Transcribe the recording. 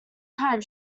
time